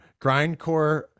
grindcore